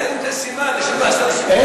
האם זה סימן לשינוי הסטטוס-קוו?